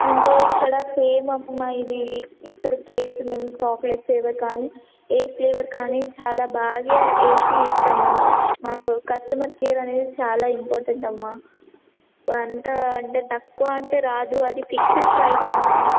అంటే ఇక్కడ ఫోమ్ అమ్మా ఇది ఇక్కడ కేక్స్ మేము చాక్లెట్ ఫ్లేవర్ కానీ ఏ ఫ్లేవర్ కానీ చాలా బాగా చేసి ఇస్తాము మాకు కస్టమర్ కేర్ అనేది చాలా ఇంపార్టెంట్ అమ్మా ఎంత అంటే తక్కువ అంటే రాదు అది ఫిక్స్డ్ ప్రైజ్ అమ్మా